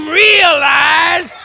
realize